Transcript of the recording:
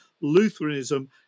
Lutheranism